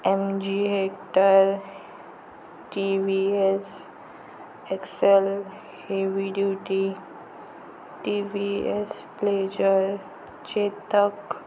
M G Hector T V S Excel heavy duty T V S Pleasure Chetak